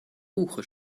buche